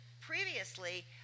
previously